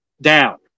down